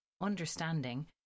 understanding